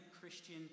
Christian